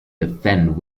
defend